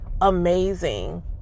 amazing